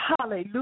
Hallelujah